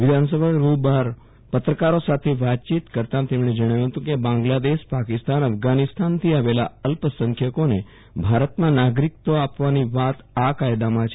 વિધાનસભા ગૃહ બહાર પત્રકારો સાથે વાતચીત કરતા તેમણે જણાવ્યુ હતુ કે બાંગ્લાદેશપાકિસ્તાનઅફઘાનિસ્તાનથી આવેલા અલ્પસંખ્યકો ને ભારતમાં નાગરિકત્વ આપવાની વાત આ કાયદામાં છે